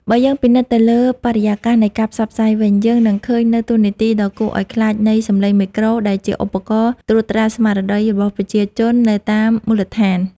បើយើងពិនិត្យទៅលើបរិយាកាសនៃការផ្សព្វផ្សាយវិញ យើងនឹងឃើញនូវតួនាទីដ៏គួរឱ្យខ្លាចនៃ សំឡេងមេក្រូ ដែលជាឧបករណ៍ត្រួតត្រាស្មារតីរបស់ប្រជាជននៅតាមមូលដ្ឋាន។